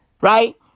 Right